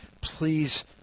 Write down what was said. Please